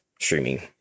streaming